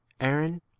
aaron